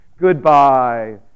Goodbye